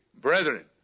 brethren